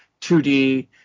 2D